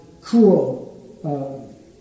cruel